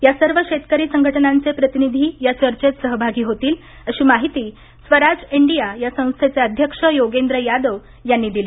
या सर्व शेतकरी संघटनांचे प्रतिनिधी या चर्चेत सहभागी होतील अशी माहिती स्वराज इंडिया या संस्थेचे अध्यक्ष योगेंद्र यादव यांनी दिली